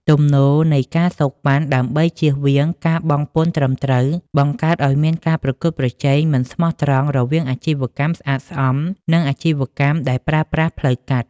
ទំនោរនៃ ការសូកប៉ាន់ ដើម្បីជៀសវាងការបង់ពន្ធត្រឹមត្រូវ បង្កើតឱ្យមានការប្រកួតប្រជែងមិនស្មោះត្រង់រវាងអាជីវកម្មស្អាតស្អំ និងអាជីវកម្មដែលប្រើប្រាស់ផ្លូវកាត់។